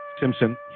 Simpson